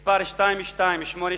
מס' 2288,